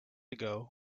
ago